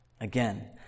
Again